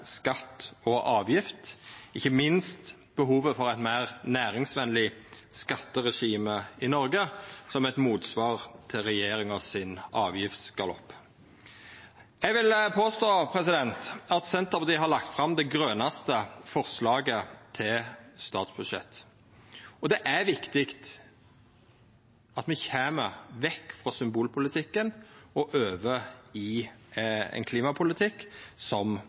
og avgifter – ikkje minst behovet for eit meir næringsvenleg skatteregime i Noreg, som eit motsvar til avgiftsgaloppen frå regjeringa. Eg vil påstå at Senterpartiet har lagt fram det grønaste forslaget til statsbudsjett. Det er viktig at me kjem vekk frå symbolpolitikken og over i ein klimapolitikk som